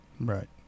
Right